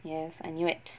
yes I knew it